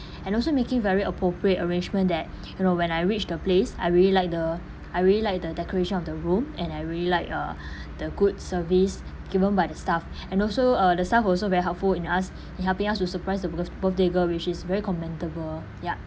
and also making very appropriate arrangement that you know when I reach the place I really like the I really like the decoration of the room and I really like uh the good service given by the staff and also uh the staff also very helpful in us in helping us to surprise the birth~ birthday girl which is very commendable yup